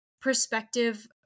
perspective